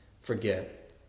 forget